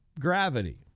gravity